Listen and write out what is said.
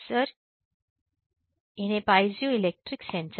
sir piezoelectric sensor